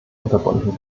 unterbunden